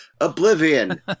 Oblivion